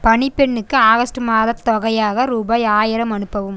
பணிப்பெண்ணுக்கு August மாதத் தொகையாக ரூபாய் ஆயிரம் அனுப்பவும்